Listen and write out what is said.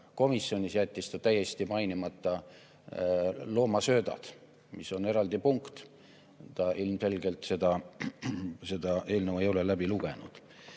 komisjonis jättis ta täiesti mainimata loomasöödad, mis on eraldi punkt. Ta ilmselgelt ei ole seda eelnõu läbi lugenud.